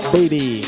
Baby